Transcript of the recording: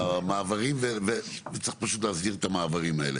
במעברים, וצריך פשוט להסדיר את המעברים האלה.